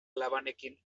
labanekin